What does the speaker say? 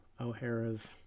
O'Hara's